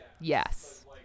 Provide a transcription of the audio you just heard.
Yes